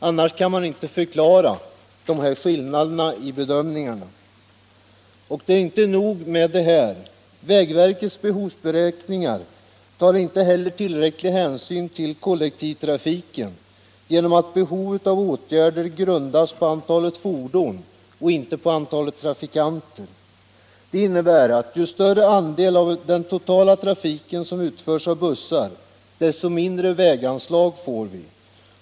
Annars kan skillnaden i bedömning inte förklaras. Och det är inte nog med detta. Vägverkets behovsberäkningar tar inte heller tillräcklig hänsyn till kollektivtrafiken genom att behovet av åtgärder grundas på antalet fordon och inte på antalet trafikanter. Det innebär att ju större andel av den totala trafiken som utgörs av bussar, desto mindre väganslag får vi.